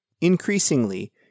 Increasingly